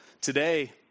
Today